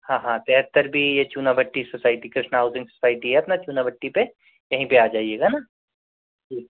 हाँ हाँ तिहत्तर बी ये चूना भट्टी सुसाइटी सुसाइटी है अपना चूना भट्टी पे यहीं पे आ जाइएगा ना ठीक